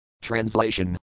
Translation